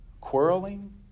Quarreling